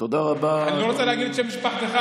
אני לא רוצה להגיד את שם משפחתך,